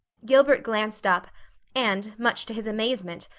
gilbert glanced up and, much to his amazement,